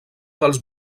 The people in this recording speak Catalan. dels